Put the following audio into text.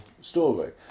story